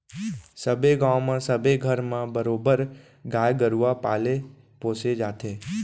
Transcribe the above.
सबे गाँव म सबे घर म बरोबर गाय गरुवा पाले पोसे जाथे